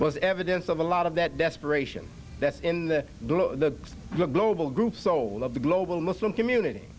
was evidence of a lot of that desperation that's in the the global group soul of the global muslim community